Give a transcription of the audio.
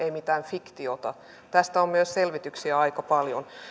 ei mitään fiktiota tästä on myös selvityksiä aika paljon